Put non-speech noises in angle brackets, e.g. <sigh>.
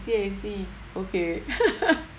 see I see okay <laughs>